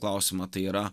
klausimą tai yra